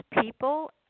people